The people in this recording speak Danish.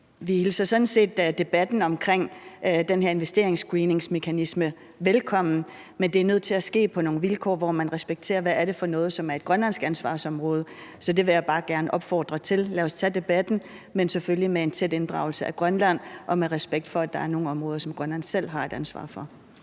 Vi hilser sådan set debatten omkring den her investeringsscreeningsmekanisme velkommen, men det er nødt til at ske på nogle vilkår, hvor man respekterer, hvad det er, som er grønlandsk ansvarsområde. Så det vil jeg bare gerne opfordre til: Lad os tage debatten, men selvfølgelig med en tæt inddragelse af Grønland og med respekt for, at der er nogle områder, som Grønland selv har et ansvar for.